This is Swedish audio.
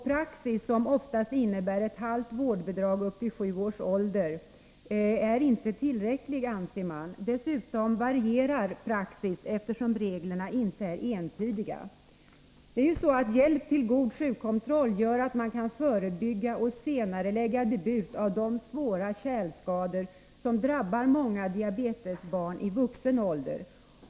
Praxis innebär oftast ett halvt vårdbidrag upp till sju års ålder, och det anser man inte vara tillräckligt. Dessutom varierar praxis, eftersom reglerna inte är entydiga. Hjälp till god sjukkontroll gör att man kan förebygga och senarelägga debut av de svåra kärlskador som drabbar många diabetesbarn i vuxen ålder.